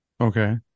Okay